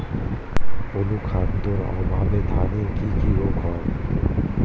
অনুখাদ্যের অভাবে ধানের কি কি রোগ হয়?